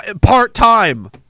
Part-time